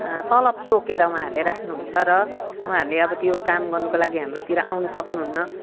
तलब तोकेर उहाँहरूले राख्नु हुन्छ र उहाँहरूले अब त्यो काम गर्नुको लागि हाम्रोतिर आउनु सक्नु हुन्न